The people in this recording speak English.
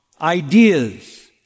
ideas